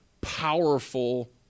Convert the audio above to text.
powerful